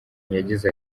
yagize